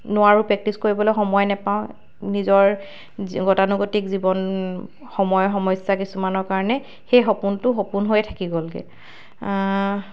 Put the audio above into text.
নোৱাৰো প্ৰেক্টিচ কৰিবলৈ সময় নাপাওঁ নিজৰ গতানুগতিক জীৱন সময় সমস্যা কিছুমানৰ কাৰণে সেই সপোনটো সপোন হৈয়েই থাকি গ'লগৈ